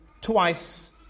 twice